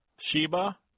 Sheba